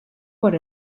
por